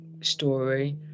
story